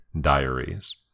diaries